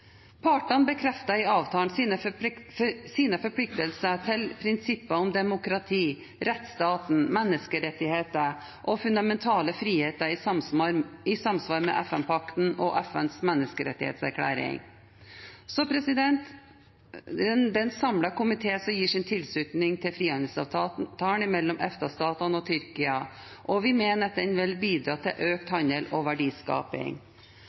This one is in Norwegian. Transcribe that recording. Partene bekrefter i avtalen sine forpliktelser til prinsipper om demokrati, rettsstaten, menneskerettigheter og fundamentale friheter i samsvar med FN-pakten og FNs menneskerettighetserklæring. Det er en samlet komité som gir sin tilslutning til frihandelsavtalen mellom EFTA-statene og Tyrkia, og vi mener at den vil bidra til økt handel og verdiskaping.